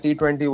T20